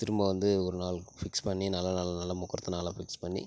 திரும்ப வந்து ஒரு நாள் ஃபிக்ஸ் பண்ணி நல்ல நாள் நல்ல முகூர்த்த நாளாக ஃபிக்ஸ் பண்ணி